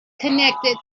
connected